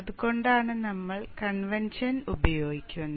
അതുകൊണ്ടാണ് നമ്മൾ കൺവെൻഷൻ ഉപയോഗിക്കുന്നത്